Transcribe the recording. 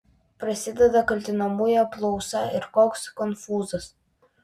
prasideda kaltinamųjų apklausa ir koks konfūzas